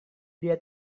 dia